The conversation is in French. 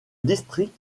district